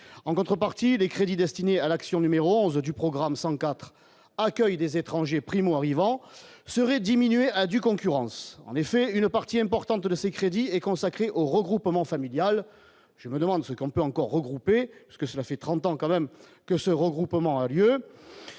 en contrepartie les crédits destinés à l'action numéro 11 du programme CIV : accueil des étrangers primo-arrivants serait diminuer à due concurrence en effet une partie importante de ces crédits est consacrée au regroupement familial, je me demande ce qu'on peut encore regroupés parce que cela fait 30 ans quand même que ce regroupement a lieu,